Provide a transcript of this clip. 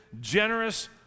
generous